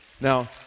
Now